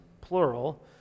plural